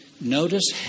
Notice